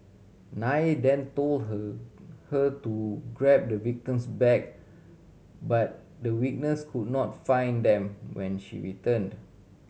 Nair then told her her to grab the victim's bag but the witness could not find them when she returned